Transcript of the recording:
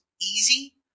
easy